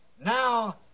now